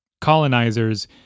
colonizers